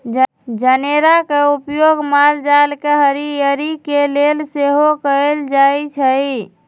जनेरा के उपयोग माल जाल के हरियरी के लेल सेहो कएल जाइ छइ